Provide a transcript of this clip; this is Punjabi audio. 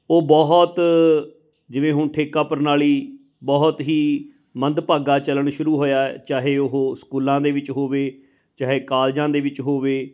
ਉਹ ਬਹੁਤ ਜਿਵੇਂ ਹੁਣ ਠੇਕਾ ਪ੍ਰਣਾਲੀ ਬਹੁਤ ਹੀ ਮੰਦਭਾਗਾ ਚਲਣ ਸ਼ੁਰੂ ਹੋਇਆ ਚਾਹੇ ਉਹ ਸਕੂਲਾਂ ਦੇ ਵਿੱਚ ਹੋਵੇ ਚਾਹੇ ਕਾਲਜਾਂ ਦੇ ਵਿੱਚ ਹੋਵੇ